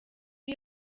uri